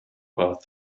past